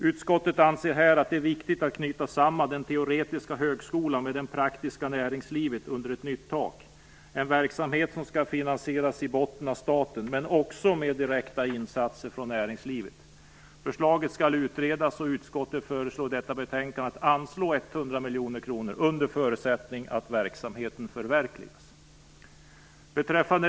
Utskottet anser här att det är viktigt att knyta samman den teoretiska högskolan med det praktiska näringslivet under ett nytt tak. Det är en verksamhet som huvudsakligen skall finansieras av staten men också genom direkta insatser från näringslivet. Förslaget skall utredas, och utskottet föreslår i detta betänkande att 100 miljoner kronor anslås under förutsättning att verksamheten förverkligas.